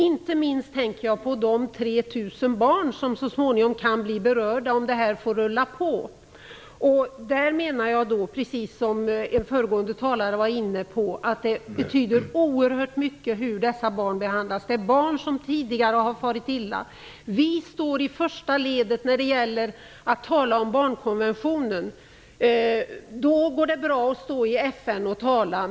Jag tänker inte minst på de 3 000 barn som så småningom kan blir berörda om detta får rulla på. Jag menar där, precis som en föregående talare var inne på, att det betyder oerhört mycket hur dessa barn behandlas. Det är barn som tidigare har farit illa. Vi står i första ledet när det gäller att tala om barnkonventionen. Då går det bra att stå i FN och tala.